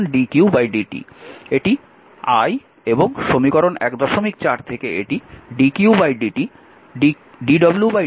এটি I এবং সমীকরণ 14 থেকে এটি dwdq V